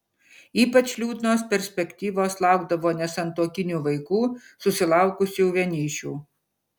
ypač liūdnos perspektyvos laukdavo nesantuokinių vaikų susilaukusių vienišių